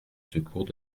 secours